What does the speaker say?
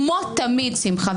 כמו תמיד שמחה,